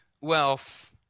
wealth